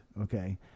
okay